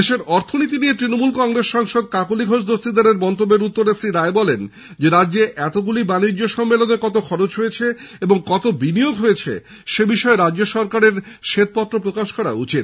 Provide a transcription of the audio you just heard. দেশের অর্থনীতি নিয়ে তণমূল কংগ্রেস সাংসদ কাকলি ঘোষ দস্তিদারের মন্তব্যের উত্তরে শ্রী রায় বলেন রাজ্যে এতগুলো বাণিজ্য সম্মেলনে কত খরচ এবং কত বিনিয়োগ হয়েছে সে বিষয়ে রাজ্য সরকারের শ্বেতপত্র প্রকাশ করা উচিত